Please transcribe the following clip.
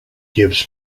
gives